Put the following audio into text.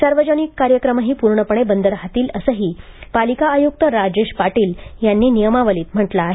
सार्वजनिक कार्यक्रमही पूर्णपणे बंद राहतील असंही पालिका आयुक्त राजेश पाटील यांनी नियमावलीत म्हटलं आहे